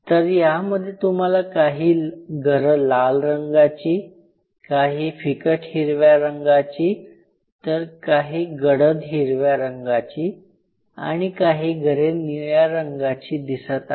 तर यामध्ये तुम्हाला काही घरं लाल रंगाची काही फिकट हिरव्या रंगाची तर काही गडद हिरव्या रंगाची आणि काही घरे निळ्या रंगाची दिसत आहे